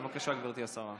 בבקשה, גברתי השרה.